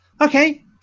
Okay